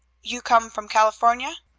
you come from california?